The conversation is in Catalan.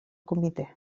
comitè